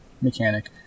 mechanic